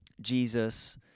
Jesus